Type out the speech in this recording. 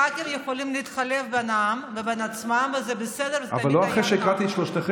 ח"כים יכולים להתחלף בינם לבין עצמם וזה בסדר וזה תמיד היה כך.